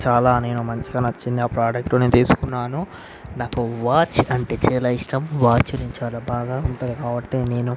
చాలా నేను మంచిగా నచ్చింది ఆ ప్రాడక్టుని తీసుకున్నాను నాకు వాచ్ అంటే చాలా ఇష్టం వాచ్ని చాలా బాగా ఉంటుంది కాబట్టి నేను